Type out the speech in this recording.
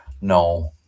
No